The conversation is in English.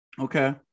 Okay